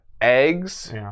eggs